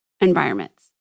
environments